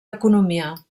economia